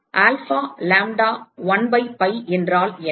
alpha lambda 1 pi pi என்றால் என்ன